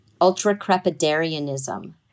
Ultra-crepidarianism